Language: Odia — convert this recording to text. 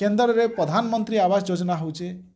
କେନ୍ଦ୍ରରେ ପ୍ରଧାନମନ୍ତ୍ରୀ ଆବାସ୍ ଯୋଜନା ହେଉଛି